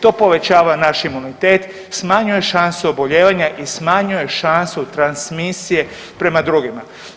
To povećava naš imunitet, smanjuje šansu obolijevanja i smanjuje šansu transmisije prema drugima.